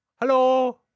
Hello